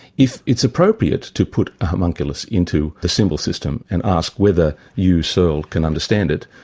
if it's appropriate to put a homunculus into the symbol system and ask whether you, searle, can understand it,